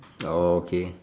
okay